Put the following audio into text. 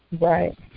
Right